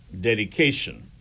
dedication